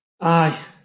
Aye